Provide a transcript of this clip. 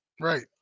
right